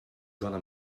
gonna